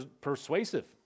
persuasive